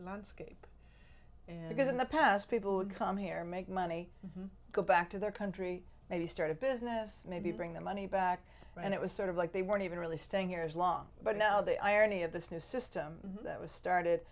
landscape and because in the past people would come here make money go back to their country maybe start a business maybe bring the money back and it was sort of like they weren't even really staying here is long but now the irony of this new system that was started